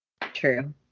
True